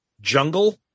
Jungle